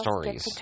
stories